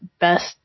best